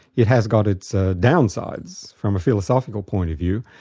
it has got its downsides from a philosophical point of view,